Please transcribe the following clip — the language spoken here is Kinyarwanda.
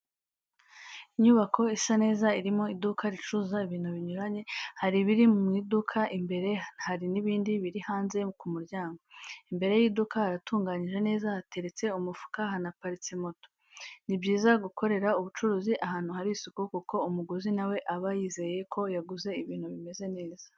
Inyubako isa neza irimo iduka ricuruza ibintu binyuranye, hari ibiri mu iduka, imbere hari n'ibindi biri hanze ku muryango, imbere y'iduka haratunganyije neza, hateretse umufuka, hanaparitse moto. Ni byiza gukorera ubucuruzi ahantu hari isuku kuko umuguzi nawe aba yizeye ko yaguze ibintu bimeze neza.